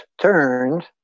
turned